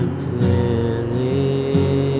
clearly